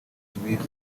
tubizi